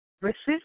Resist